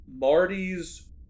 Marty's